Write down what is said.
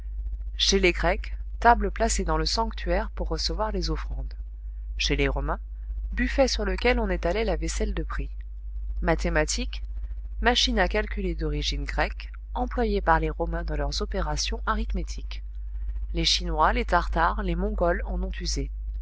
chez les grecs table placée dans le sanctuaire pour recevoir les offrandes chez les romains buffet sur lequel on étalait la vaisselle de prix mathématiques machine à calculer d'origine grecque employée par les romains dans leurs opérations arithmétiques les chinois les tartares les mongols en ont usé